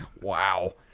Wow